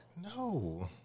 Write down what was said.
No